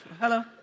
Hello